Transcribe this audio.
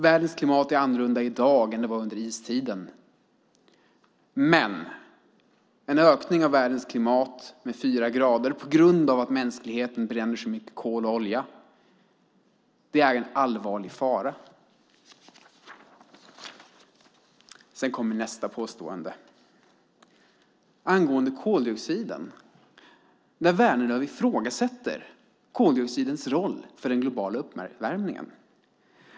Världens klimat är annorlunda i dag än under istiden. En ökning av världens temperatur med fyra grader på grund av att mänskligheten bränner så mycket kol och olja är en allvarlig fara. Nästa påstående gäller koldioxiden. Vänerlöv ifrågasätter koldioxidens roll för den globala uppvärmningen.